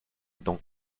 dans